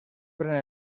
pren